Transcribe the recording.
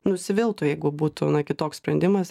nusiviltų jeigu būtų kitoks sprendimas ir